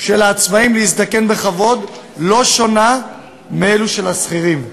של העצמאים להזדקן בכבוד לא שונה מזו של השכירים.